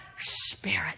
spirit